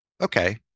Okay